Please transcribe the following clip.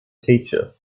teacher